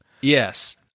Yes